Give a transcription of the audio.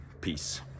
Peace